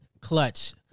Clutch